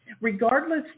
Regardless